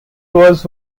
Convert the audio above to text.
was